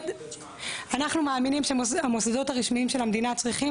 אנחנו מאמינים שהמוסדות הרשמיים של המדינה צריכים